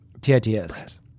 T-I-T-S